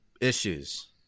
issues